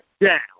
down